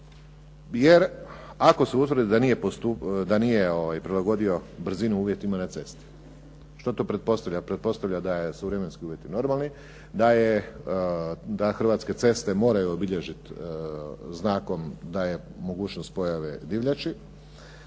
jer ako se utvrdi da nije prilagodio brzinu uvjetima na cesti. Što to pretpostavlja? Pretpostavlja da su vremenski uvjeti normalni, da Hrvatske ceste moraju obilježiti znakom da je mogućnost pojave divljači